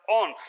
on